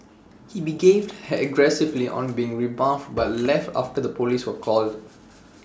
he behaved aggressively on being rebuffed but left after the Police were called